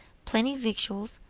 plenty victuals,